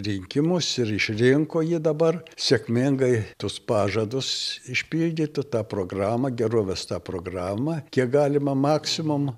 rinkimus ir išrinko jį dabar sėkmingai tuos pažadus išpildyti tą programą gerovės tą programą kiek galima maksimum